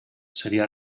seria